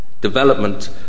development